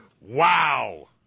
Wow